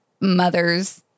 mother's